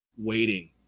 waiting